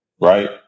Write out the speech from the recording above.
right